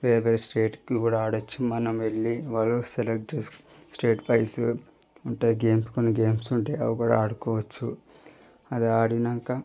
వేరే వేరే స్టేట్కి కూడ ఆడచ్చు మనం వెళ్ళి వారు సెలెక్ట్ చేస్త్ స్టేట్ వైస్ ఉంటాయి కొన్ని గేమ్స్ ఉంటాయి అవి కూడ ఆడుకోవచ్చు అది ఆడినాక